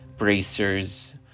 Bracers